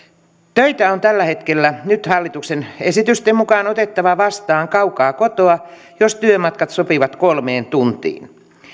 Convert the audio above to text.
töitä on tällä hetkellä nyt hallituksen esitysten mukaan otettava vastaan kaukaa kotoa jos työmatkat sopivat kolmeen tuntiin